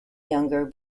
younger